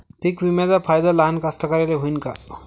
पीक विम्याचा फायदा लहान कास्तकाराइले होईन का?